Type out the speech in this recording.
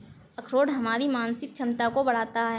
अखरोट हमारी मानसिक क्षमता को बढ़ाता है